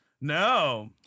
No